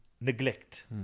neglect